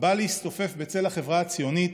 הבא להסתופף בצל החברה הציונית